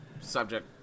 subject